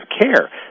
care